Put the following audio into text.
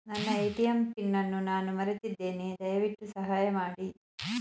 ನನ್ನ ATM PIN ಅನ್ನು ನಾನು ಮರೆತಿದ್ದೇನೆ, ದಯವಿಟ್ಟು ಸಹಾಯ ಮಾಡಿ